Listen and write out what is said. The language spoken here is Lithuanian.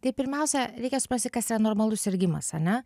tai pirmiausia reikia suprasti kas yra normalus sirgimas ane